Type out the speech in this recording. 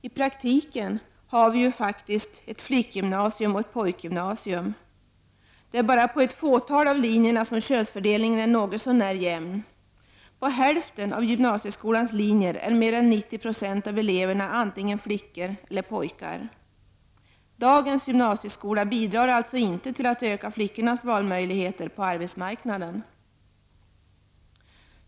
I praktiken har vi i dag faktiskt ett flickgymnasium och ett pojkgymnasium. Bara på ett fåtal av linjerna är könsfördelningen något så när jämn. På hälften av gymnasieskolans linjer är över 90 96 av eleverna antingen flickor eller pojkar. Dagens gymnasieskola bidrar alltså inte till att öka flickornas valmöjligheter på arbetsmarknaden.